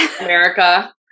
America